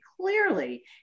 clearly